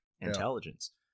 intelligence